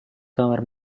kamar